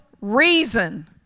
reason